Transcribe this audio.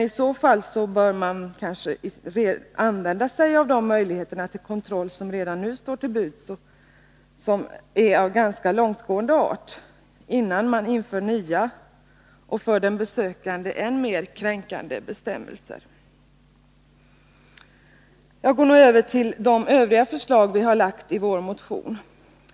I så fall bör man kanske använda de möjligheter till kontroll av ganska långtgående art som redan nu står till buds, innan man inför nya och för den besökande än mer kränkande bestämmelser. Jag går nu över till de förslag i övrigt som vi har ställt i vår motion.